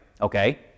Okay